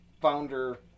founder